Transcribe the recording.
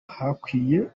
hakwiye